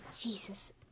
Jesus